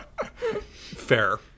Fair